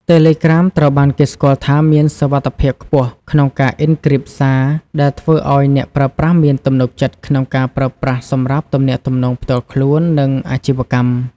តេឡេក្រាមត្រូវបានគេស្គាល់ថាមានសុវត្ថិភាពខ្ពស់ក្នុងការអុិនគ្រីបសារ ដែលធ្វើឱ្យអ្នកប្រើប្រាស់មានទំនុកចិត្តក្នុងការប្រើប្រាស់សម្រាប់ទំនាក់ទំនងផ្ទាល់ខ្លួន និងអាជីវកម្ម។